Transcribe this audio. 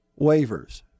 Waivers